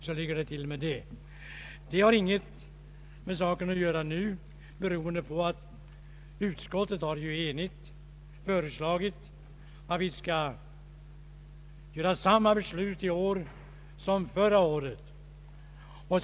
Så ligger det till, men detta har ingenting med saken att göra nu eftersom utskottet enhälligt har föreslagit att vi skall fatta samma beslut som förra året.